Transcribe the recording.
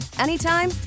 anytime